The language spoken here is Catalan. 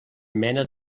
mena